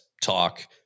talk